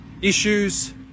issues